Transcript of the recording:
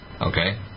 okay